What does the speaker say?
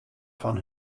fan